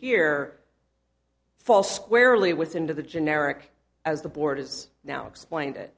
here fall squarely with into the generic as the board is now explained it